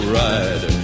ride